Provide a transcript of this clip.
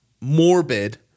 morbid